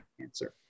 answer